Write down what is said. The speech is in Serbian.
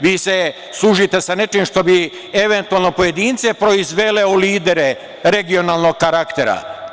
Vi se služite sa nečim što bi eventualno pojedince proizvele u lidere regionalnog karaktera.